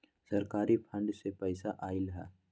सरकारी फंड से पईसा आयल ह?